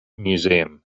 museum